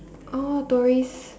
oh tourist